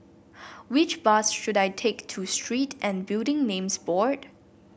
which bus should I take to Street and Building Names Board